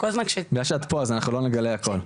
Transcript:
בגלל שאת פה, אז אנחנו לא נגלה הכל.